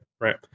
Right